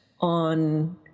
on